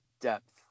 depth